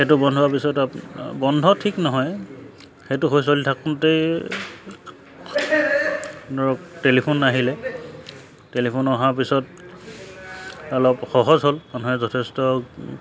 সেইটো বন্ধ হোৱাৰ পিছত বন্ধ ঠিক নহয় সেইটো হৈ চলি থাকোঁতেই ধৰক টেলিফোন আহিলে টেলিফোন অহাৰ পিছত অলপ সহজ হ'ল মানুহে যথেষ্ট